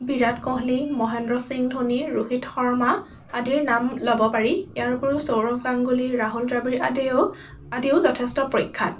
বিৰাট ক'হলি মহেন্দ্ৰ সিং ধোনী ৰোহিত শৰ্মা আদিৰ নাম ল'ব পাৰি ইয়াৰ উপৰিও সৌৰভ গাংগুলী ৰাহুল দ্ৰাৱিড় আদিয়েও আদিও যথেষ্ঠ প্ৰখ্য়াত